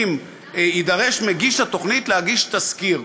יידרש מגיש התוכנית להגיש תסקיר,